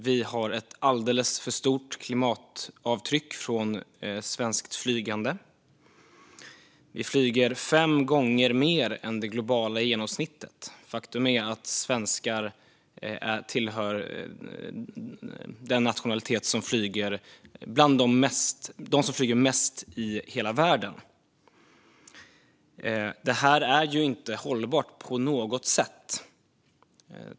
Vi har ett alldeles för stort klimatavtryck från svenskt flygande. Vi flyger fem gånger mer än det globala genomsnittet, och faktum är att svenskar är en av de nationaliteter som flyger mest i hela världen. Det är inte hållbart på något sätt.